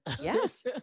Yes